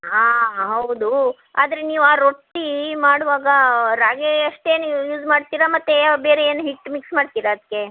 ಹಾಂ ಹೌದು ಆದರೆ ನೀವು ಆ ರೊಟ್ಟಿ ಮಾಡುವಾಗ ರಾಗಿಯಷ್ಟೇ ನೀವು ಯೂಸ್ ಮಾಡ್ತೀರಾ ಮತ್ತೆ ಬೇರೆ ಏನು ಹಿಟ್ಟು ಮಿಕ್ಸ್ ಮಾಡ್ತೀರಾ ಅದಕ್ಕೆ